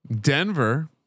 Denver